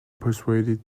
persuaded